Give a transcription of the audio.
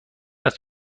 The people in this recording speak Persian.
است